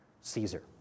Caesar